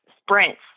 sprints